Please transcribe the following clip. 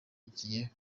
igiye